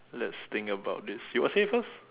let's think about this you want say first